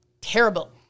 Terrible